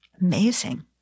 Amazing